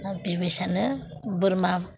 दा बेबायसानो बोरमा